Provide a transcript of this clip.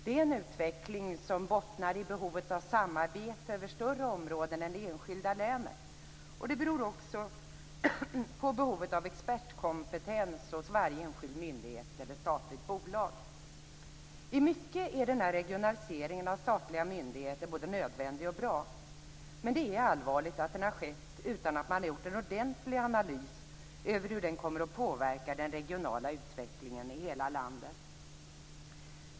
Det är en utveckling som bottnar i behovet av samarbete över större områden än det enskilda länet. Det beror också på behovet av expertkompetens hos varje enskild myndighet eller statligt bolag. I mycket är regionaliseringen av statliga myndigheter både nödvändig och bra. Men det är allvarligt att den har skett utan att en ordentlig analys har gjorts över hur den kommer att påverka den regionala utvecklingen i hela landet.